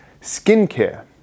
skincare